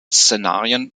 szenarien